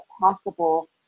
possible